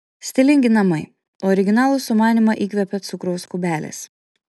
stilingi namai originalų sumanymą įkvėpė cukraus kubelis